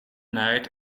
night